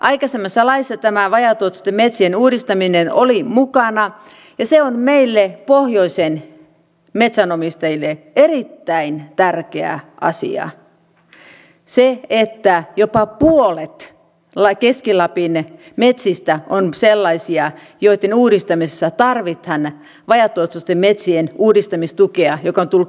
aikaisemmassa laissa tämä vajaatuottoisten metsien uudistaminen oli mukana ja meille pohjoisen metsänomistajille on erittäin tärkeä asia se että jopa puolet keski lapin metsistä on sellaisia joitten uudistamisessa tarvitaan vajaatuottoisten metsien uudistamistukea joka on tullut kemeran kautta